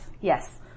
Yes